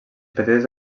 petites